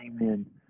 Amen